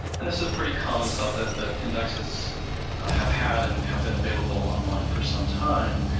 and this is pretty common stuff that that indexes have had and have been available online for some time,